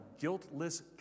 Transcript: guiltless